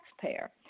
taxpayer